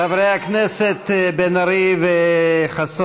חברי הכנסת בן ארי וחסון,